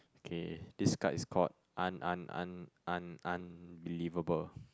okay this card is called un~ un~ un~ unbelievable